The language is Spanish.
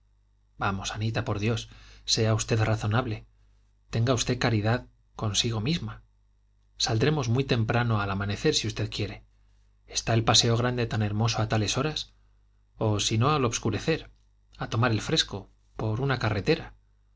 vamos anita por dios sea usted razonable tenga usted caridad consigo misma saldremos muy temprano al amanecer si usted quiere está el paseo grande tan hermoso a tales horas o si no al obscurecer a tomar el fresco por una carretera